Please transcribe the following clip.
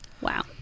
Wow